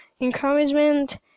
encouragement